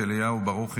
אליהו ברוכי,